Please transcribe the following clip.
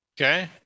Okay